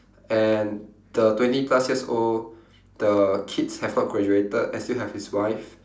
and the twenty plus years old the kids have not graduated and still have his wife